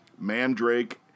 mandrake